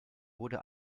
wurde